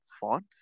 font